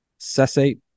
cessate